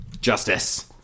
Justice